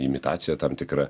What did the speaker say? imitacija tam tikra